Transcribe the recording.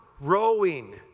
rowing